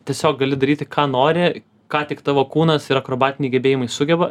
tiesiog gali daryti ką nori ką tik tavo kūnas ir akrobatiniai gebėjimai sugeba